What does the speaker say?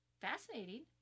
fascinating